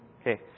Okay